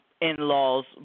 in-laws